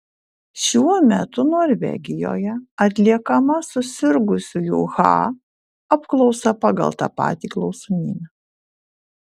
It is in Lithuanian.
šiuo metu norvegijoje atliekama susirgusiųjų ha apklausa pagal tą patį klausimyną